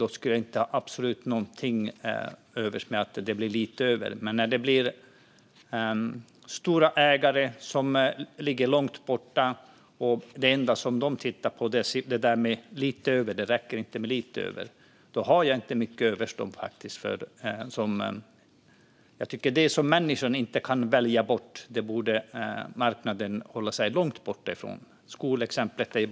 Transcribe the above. Då skulle jag absolut inte ha något problem med att det blir lite över, men stora ägare som finns långt borta och inte tycker att det räcker med "lite över" har jag inte mycket till övers för. Det som människan inte kan välja bort borde marknaden hålla sig långt borta ifrån. Skolan är bara ett exempel.